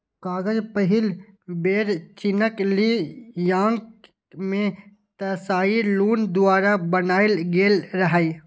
कागज पहिल बेर चीनक ली यांग मे त्साई लुन द्वारा बनाएल गेल रहै